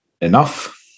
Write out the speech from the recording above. enough